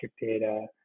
data